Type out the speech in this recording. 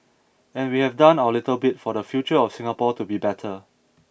and we have done our little bit for the future of Singapore to be better